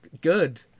good